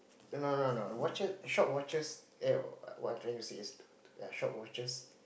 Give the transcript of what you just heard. no no no watches shop watches eh no what I'm trying to say is ya shop watches